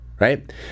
Right